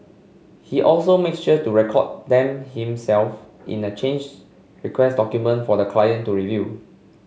he also make sure to record them himself in a change request document for the client to review